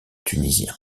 tunisien